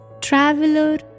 traveler